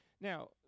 Now